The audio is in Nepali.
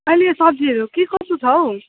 अहिले यो सब्जीहरू के कसो छ हौ